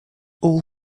all